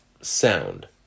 sound